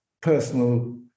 personal